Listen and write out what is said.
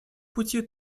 пути